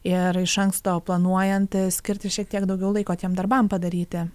ir iš anksto planuojant skirti šiek tiek daugiau laiko tiem darbam padaryti